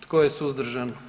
Tko je suzdržan?